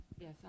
Yes